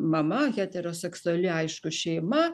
mama heteroseksuali aišku šeima